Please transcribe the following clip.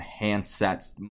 handsets